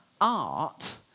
art